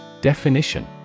Definition